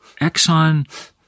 Exxon